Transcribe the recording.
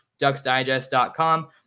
ducksdigest.com